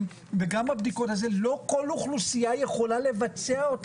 וכי לא כל אוכלוסייה יכולה לבצע את